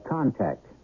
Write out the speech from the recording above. Contact